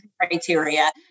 criteria